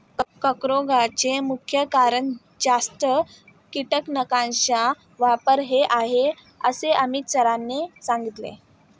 कर्करोगाचे मुख्य कारण जास्त कीटकनाशकांचा वापर हे आहे असे अमित सरांनी सांगितले